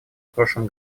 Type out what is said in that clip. прошлом